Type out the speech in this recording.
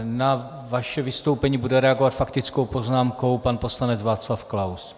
Na vaše vystoupení bude reagovat faktickou poznámkou pan poslanec Václav Klaus.